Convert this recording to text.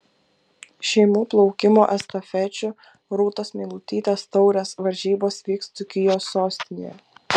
šeimų plaukimo estafečių rūtos meilutytės taurės varžybos vyks dzūkijos sostinėje